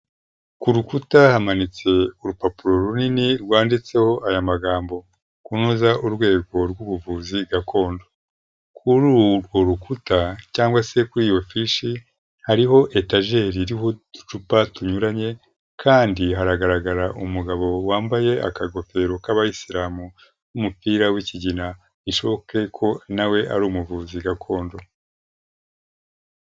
Ku rukuta hamanitse urupapuro runini rwanditseho aya magambo kunoza urwego rw'ubuvuzi gakondo. Kuri urwo rukuta cyangwa se kuri iyo fishi hariho etageri iriho uducupa tunyuranye kandi hagaragara umugabo wambaye akagofero k'abayisilamu n'umupira w'ikigina. Bishobokeko nawe ari umuvuzi gakondo.